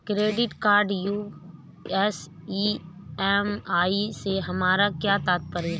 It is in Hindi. क्रेडिट कार्ड यू.एस ई.एम.आई से हमारा क्या तात्पर्य है?